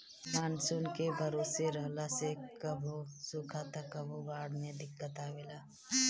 monsoon के भरोसे रहला से कभो सुखा त कभो बाढ़ से दिक्कत आवेला